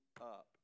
up